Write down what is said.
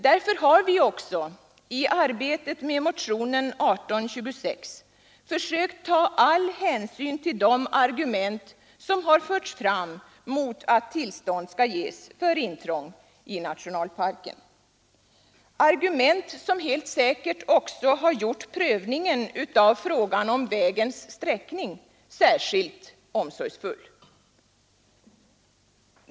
Därför har vi också i arbetet med motionen 1826 försökt ta all hänsyn till de argument som förts fram mot att tillstånd skall ges för intrång i nationalparken — argument som helt säkert också gjort prövningen av frågan om vägens sträckning särskilt omsorgsfull.